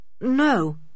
No